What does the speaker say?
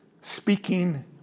speaking